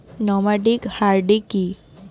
Nomadic herding কি?